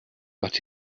but